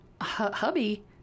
hubby